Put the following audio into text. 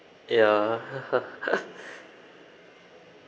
yeah